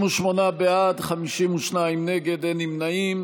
38 בעד, 52 נגד, אין נמנעים.